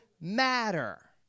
matter